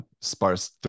sparse